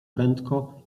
prędko